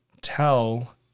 tell